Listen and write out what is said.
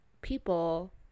people